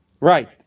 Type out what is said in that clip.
Right